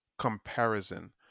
comparison